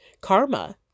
karma